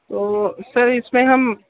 تو سر اِس میں ہم